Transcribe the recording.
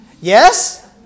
Yes